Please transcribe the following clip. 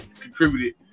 contributed